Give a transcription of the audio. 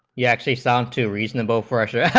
yeah actually saw two reasonable force yeah